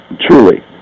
Truly